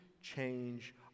change